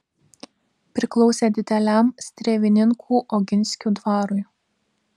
priklausė dideliam strėvininkų oginskių dvarui